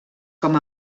com